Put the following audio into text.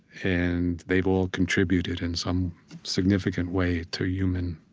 and they've all contributed in some significant way to human